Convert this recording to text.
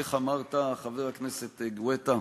איך אמרת, חבר הכנסת גואטה?